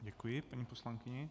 Děkuji paní poslankyni.